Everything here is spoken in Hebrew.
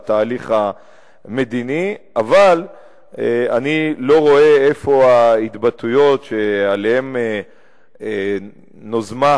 אבל אני לא רואה איפה ההתבטאויות שעליהן יזומה